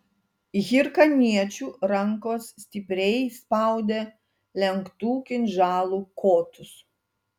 hirkaniečių rankos stipriai spaudė lenktų kinžalų kotus